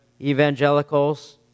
evangelicals